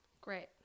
Great